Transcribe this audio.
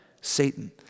Satan